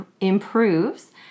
improves